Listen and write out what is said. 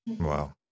Wow